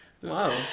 Whoa